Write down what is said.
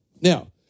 Now